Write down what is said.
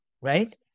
right